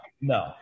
no